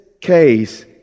case